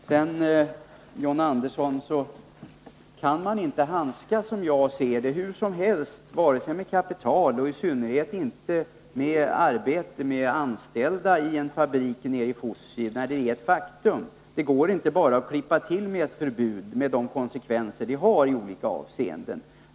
Sedan, John Andersson, kan man inte handskas — som jag ser det — hur som helst med kapital och i synnerhet inte med arbete, med anställda i en fabrik nere i Fosie och säga att det är ett faktum. Det går inte att bara klippa till med ett förbud, med de konsekvenser det får i olika avseenden.